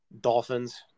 Dolphins